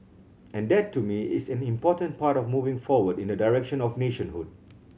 and that to me is an important part of moving forward in the direction of nationhood